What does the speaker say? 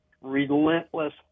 relentless